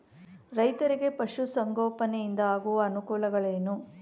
ರೈತರಿಗೆ ಪಶು ಸಂಗೋಪನೆಯಿಂದ ಆಗುವ ಅನುಕೂಲಗಳೇನು?